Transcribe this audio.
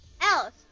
else